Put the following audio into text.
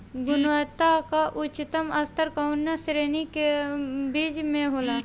गुणवत्ता क उच्चतम स्तर कउना श्रेणी क बीज मे होला?